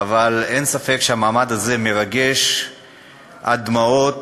אבל אין ספק שהמעמד הזה מרגש עד דמעות,